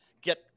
get